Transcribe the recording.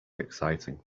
exciting